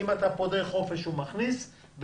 אם אתה פודה ימי חופש הוא מכניס את זה,